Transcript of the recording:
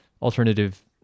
alternative